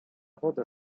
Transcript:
wodę